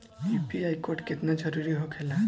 UPI code केतना जरुरी होखेला?